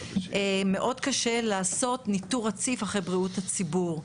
מאוד קשה לעשות ניטור רציף אחרי בריאות הציבור.